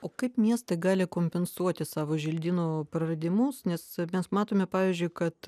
o kaip miestai gali kompensuoti savo želdynų praradimus nes mes matome pavyzdžiui kad